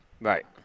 Right